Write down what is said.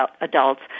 Adults